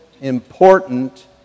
important